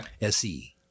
Se